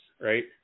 right